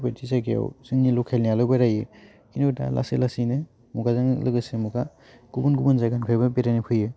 बेफोरबायदि जायगायाव जोंनि लकेलनियाल' बेरायो खिन्थु दा लासै लासैनो मुगाजों लोगोसे मुगा गुबुन गुबुन जायगानिफ्रायबो बेरायनो फैयो